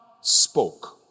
spoke